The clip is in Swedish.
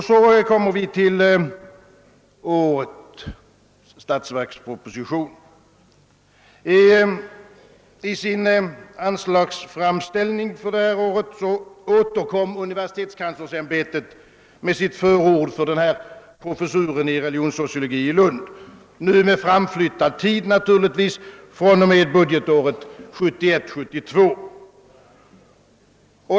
Så kommer vi till årets statsverksproposition. I sin anslagsframställning för detta år återkom universitetskanslersämbetet med sitt förord för denna professur i religionssociologi i Lund, nu med tiden naturligtvis framflyttad. fr.o.m. budgetåret 1971/72.